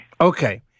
Okay